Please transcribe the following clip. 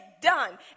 done